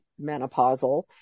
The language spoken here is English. menopausal